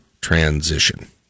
Transition